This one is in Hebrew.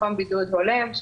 מקום בידוד הולם,